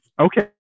okay